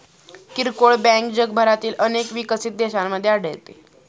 किरकोळ बँक जगभरातील अनेक विकसित देशांमध्ये आढळते